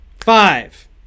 Five